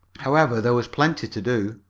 however, there was plenty to do.